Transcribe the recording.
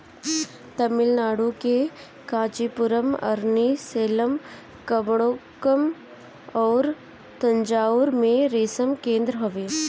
तमिलनाडु के कांचीपुरम, अरनी, सेलम, कुबकोणम अउरी तंजाउर में रेशम केंद्र हवे